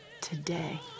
today